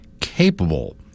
capable